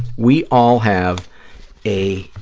we all have a